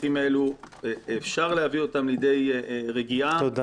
המתחים האלו אפשר להביא אותם לידי רגיעה -- תודה.